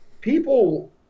people